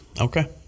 Okay